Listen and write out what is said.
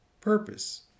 purpose